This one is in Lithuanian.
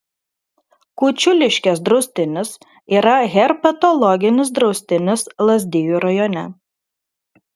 kučiuliškės draustinis yra herpetologinis draustinis lazdijų rajone